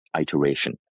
iteration